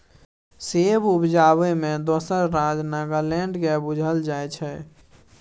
सेब उपजाबै मे दोसर राज्य नागालैंड केँ बुझल जाइ छै